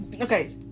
Okay